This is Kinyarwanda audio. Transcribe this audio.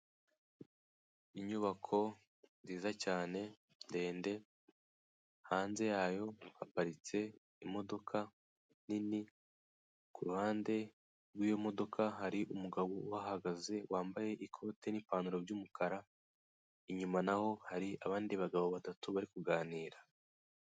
Inyubako nziza cyane ndende hanze yayo haparitse imodoka nini kuruhande rw'imodoka hari umugabo uhahagaze wambaye ikote n'ipantaro by'umukara, inyuma naho hari abandi bagabo batatu bari kuganira.